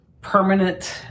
permanent